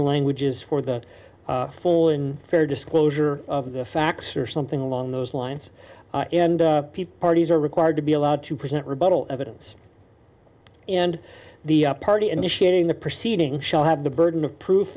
the language is for the full and fair disclosure of the facts or something along those lines and people parties are required to be allowed to present rebuttal evidence and the party initiating the proceedings shall have the burden of proof